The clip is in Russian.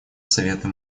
советы